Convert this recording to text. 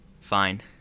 Fine